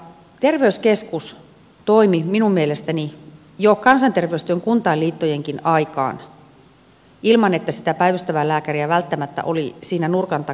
terveyskeskus toimi minun mielestäni jo kansanterveystyön kuntainliittojenkin aikaan ilman että sitä päivystävää lääkäriä välttämättä oli siinä nurkan takana